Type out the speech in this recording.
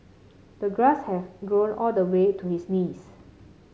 the grass had grown all the way to his knees